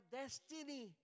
destiny